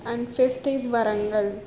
Warangal